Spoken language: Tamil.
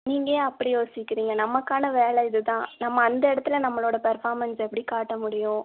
நீங்கள் ஏன் அப்படி யோசிக்கிறிங்க நமக்கான வேலை இது தான் நம்ம அந்த இடத்துல நம்மளோடய பெர்ஃபாமென்ஸ் எப்படி காட்ட முடியும்